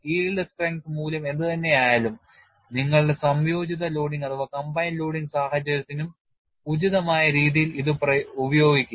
Yield strength മൂല്യം എന്തുതന്നെയായാലും നിങ്ങളുടെ സംയോജിത ലോഡിംഗ് സാഹചര്യത്തിനും ഉചിതമായ രീതിയിൽ ഇത് ഉപയോഗിക്കുക